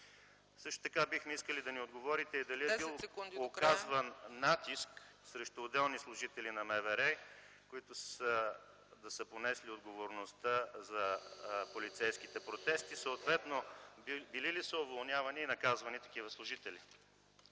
Също така бихме искали да ни отговорите и дали е бил оказван натиск срещу отделни служители на МВР, които да са понесли отговорността за полицейските протести, съответно били ли са уволнявани и наказвани такива служители?